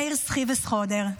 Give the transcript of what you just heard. מאיר סחיווסחורדר.